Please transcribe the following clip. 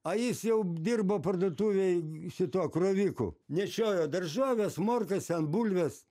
a jis jau dirbo parduotuvėj šituo kroviku nešiojo daržoves morkas ten bulves